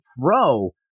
throw